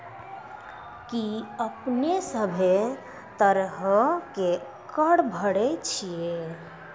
कि अपने सभ्भे तरहो के कर भरे छिये?